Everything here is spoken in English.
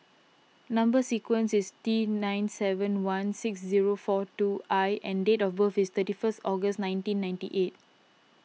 Number Sequence is T nine seven one six zero four two I and date of birth is thirty first August nineteen ninety eight